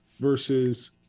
versus